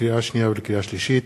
לקריאה שנייה ולקריאה שלישית: